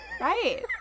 Right